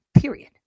period